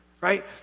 Right